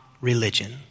religion